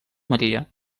maria